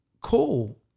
cool